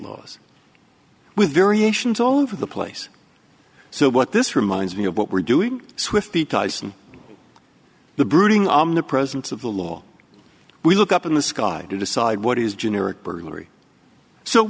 laws with variations all over the place so what this reminds me of what we're doing swifty tyson the brooding omnipresence of the law we look up in the sky to decide what is generic burglary so